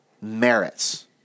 merits